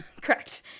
correct